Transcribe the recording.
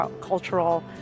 cultural